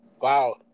Wow